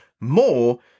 more